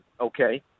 okay